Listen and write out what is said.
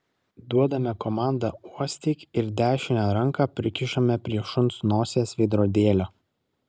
duodame komandą uostyk ir dešinę ranką prikišame prie šuns nosies veidrodėlio